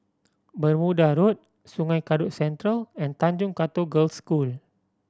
Bermuda Road Sungei Kadut Central and Tanjong Katong Girls' School